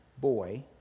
boy